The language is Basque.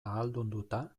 ahaldunduta